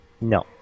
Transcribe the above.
No